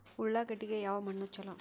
ಉಳ್ಳಾಗಡ್ಡಿಗೆ ಯಾವ ಮಣ್ಣು ಛಲೋ?